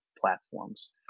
platforms